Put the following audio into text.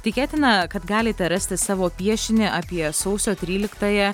tikėtina kad galite rasti savo piešinį apie sausio tryliktąją